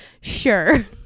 sure